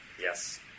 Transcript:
Yes